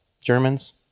Germans